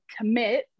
commit